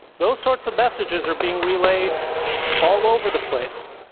those sorts of messages are being relayed all over the place.